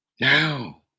Now